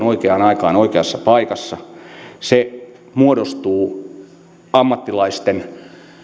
oikeaan aikaan oikeassa paikassa se muodostuu ammattilaisten